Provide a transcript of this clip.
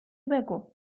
بگو